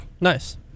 Nice